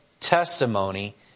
testimony